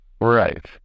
Right